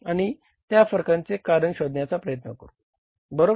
आणि त्या फरकांचे कारण शोधण्याचा प्रयत्न करू बरोबर